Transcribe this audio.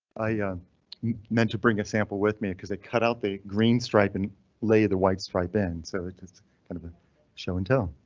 i yeah meant to bring a sample with me cause they cut out the green stripe and lay the white stripe in. so just kind of show and tell.